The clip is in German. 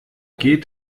geht